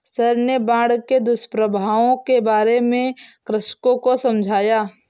sir ने बाढ़ के दुष्प्रभावों के बारे में कृषकों को समझाया